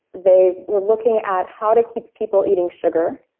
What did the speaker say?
they were looking at how to keep people eating sugar